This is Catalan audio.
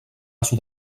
sud